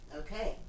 okay